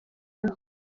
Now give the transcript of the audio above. aho